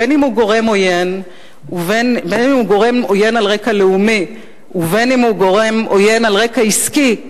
בין אם הוא גורם עוין על רקע לאומי ובין אם הוא גורם עוין על רקע עסקי,